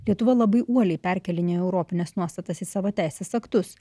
lietuva labai uoliai perkėlinėjo europines nuostatas į savo teisės aktus